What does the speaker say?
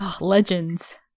legends